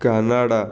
Canada